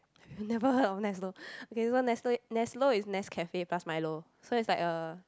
you've never heard of Neslo okay so Neslo Neslo is Nescafe plus Milo so is like a